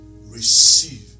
receive